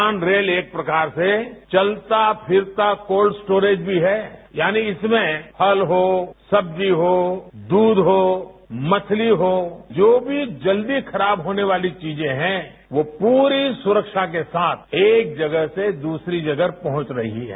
किसान रेल एक प्रकार से चलता फिरता कोल्ड स्टोरेज भी है यानी इसमें फल हो सब्जी हो दूध हो मछली हो जो भी जल्द ही खराब होने वाली चीजें हैं वो पूरी सुरक्षा के साथ एक जगह से दूसरी जगह पहुंच रही है